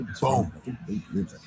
Boom